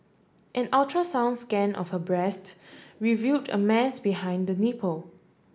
an ultrasound scan of her breast revealed a mass behind the nipple